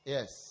Yes